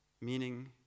Meaning